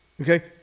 okay